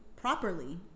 properly